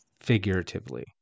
figuratively